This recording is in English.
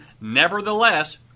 Nevertheless